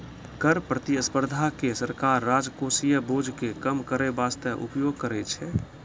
कर प्रतिस्पर्धा के सरकार राजकोषीय बोझ के कम करै बासते उपयोग करै छै